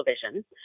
television